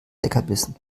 leckerbissen